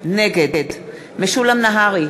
נגד משולם נהרי,